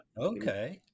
okay